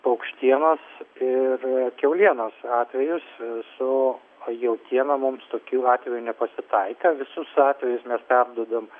paukštienos ir kiaulienos atvejus su jautiena mums tokių atvejų nepasitaikė visus atvejus mes perduodam